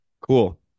Cool